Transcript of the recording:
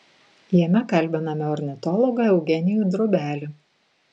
jame kalbiname ornitologą eugenijų drobelį